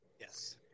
Yes